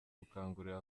gukangurira